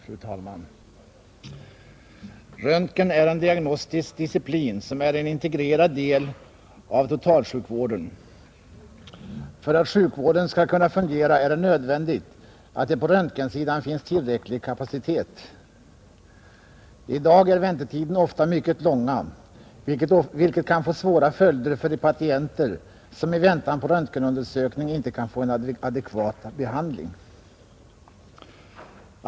Fru talman! Röntgen är en diagnostisk disciplin som är en integrerad del av totalsjukvården. För att sjukvården skall kunna fungera är det nödvändigt att det på röntgensidan finns tillräcklig kapacitet. I dag är väntetiderna ofta mycket långa, vilket kan få svåra följder för de patienter som i väntan på röntgenundersökning inte kan få en adekvat behandling.